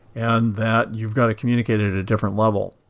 and that you've got to communicate at at a different level.